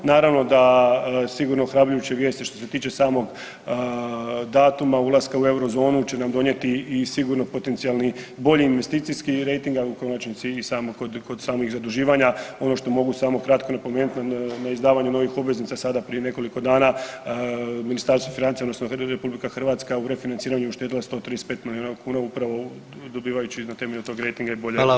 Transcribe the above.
Naravno da, sigurno ohrabrujuće vijesti što se tiče samog datuma ulaska u Eurozonu će nam donijeti i sigurno potencijalni bolji investicijski rejting, a u konačnici i samo kod samih zaduživanja ono što mogu samo kratko napomenuti, na izdavanje novih obveznica, sada prije nekoliko dana Ministarstvo financija odnosno RH u refinanciranju uštedila je 135 milijuna kuna upravo dobivajući na temelju tog rejtinga i bolje